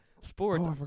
sports